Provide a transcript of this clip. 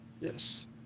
Yes